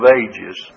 ages